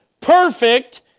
perfect